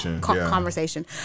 conversation